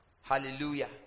Hallelujah